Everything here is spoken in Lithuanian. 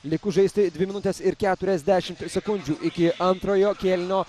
likus žaisti dvi minutes ir keturiasdešimt sekundžių iki antrojo kėlinio